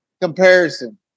Comparison